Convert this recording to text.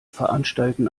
veranstalten